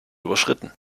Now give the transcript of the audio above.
überschritten